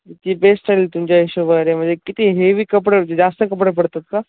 ती बेस्ट राहील तुमच्या हिशोबाने म्हणजे किती हेवी कपडे होतील जास्त कपडे पडतात का